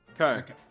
Okay